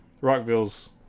Rockville's